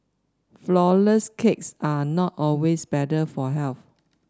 flour less cakes are not always better for health